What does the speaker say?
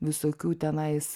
visokių tenais